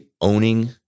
owning